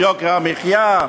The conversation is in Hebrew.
יוקר המחיה,